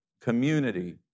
community